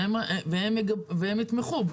12:05.